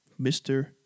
Mr